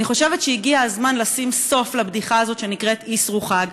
אני חושבת שהגיע הזמן לשים סוף לבדיחה הזאת שנקראת אסרו חג.